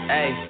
Hey